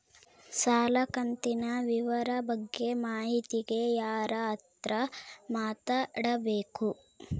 ಸಾಲ ಕಂತಿನ ವಿವರ ಬಗ್ಗೆ ಮಾಹಿತಿಗೆ ಯಾರ ಹತ್ರ ಮಾತಾಡಬೇಕು?